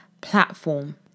platform